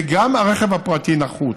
וגם הרכב הפרטי נחוץ.